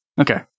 Okay